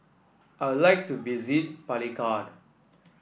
I like to visit Palikir